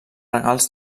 regals